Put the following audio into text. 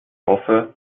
hoffe